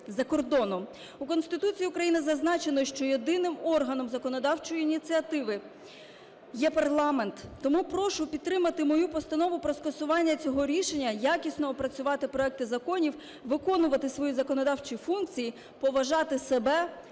У Конституції України зазначено, що єдиним органом законодавчої ініціативи є парламент. Тому прошу підтримати мою постанову про скасування цього рішення, якісно опрацювати проекти законів, виконувати свої законодавчі функції, поважати себе та колег